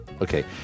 Okay